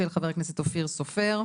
של חבר הכנסת אופיר סופר.